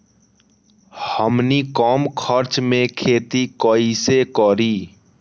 हमनी कम खर्च मे खेती कई से करी?